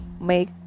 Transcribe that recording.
make